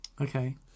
Okay